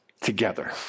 together